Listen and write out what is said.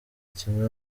kimwe